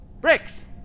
Bricks